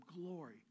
glory